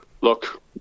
Look